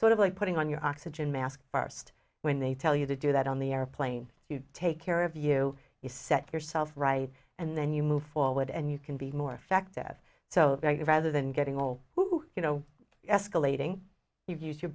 sort of like putting on your oxygen mask first when they tell you to do that on the airplane you take care of you is set yourself right and then you move forward and you can be more effective so very rather than getting all who you know escalating you've used your